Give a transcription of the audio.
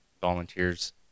volunteers